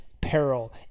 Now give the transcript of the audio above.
peril